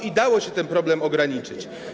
I dało się ten problem ograniczyć.